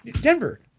Denver